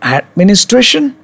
administration